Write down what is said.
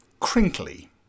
Crinkly